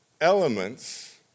elements